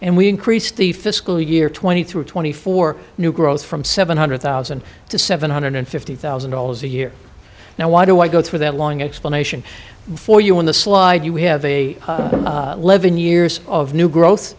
and we increased the fiscal year twenty through twenty four new growth from seven hundred thousand to seven hundred fifty thousand dollars a year now why do i go through that long explanation for you on the slide you we have a live in years of new growth